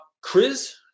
Chris